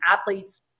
athletes